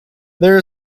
there